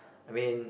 I mean